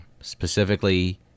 specifically